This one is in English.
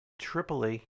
Tripoli